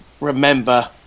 remember